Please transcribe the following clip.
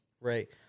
right